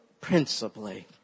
principally